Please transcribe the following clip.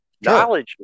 Knowledge